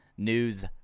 news